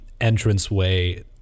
entranceway